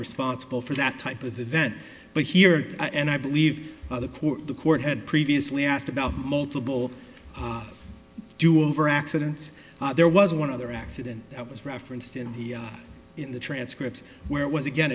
responsible for that type of event but here and i believe the court the court had previously asked about multiple do over accidents there was one other accident that was referenced in the in the transcript where it was again